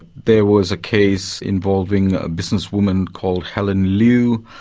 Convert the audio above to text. ah there was a case involving a businesswoman called helen liu,